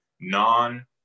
non